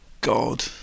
God